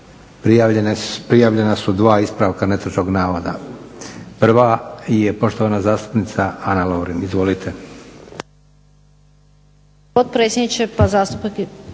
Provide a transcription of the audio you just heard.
prijavljena su dva ispravka netočnog navoda. Prva je poštovana zastupnica Ana Lovrin. Izvolite.